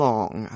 Long